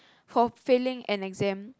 for failing an exam